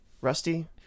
rusty